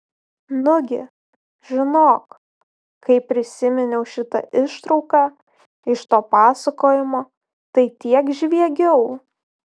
nugi žinok kai prisiminiau šitą ištrauką iš to pasakojimo tai tiek žviegiau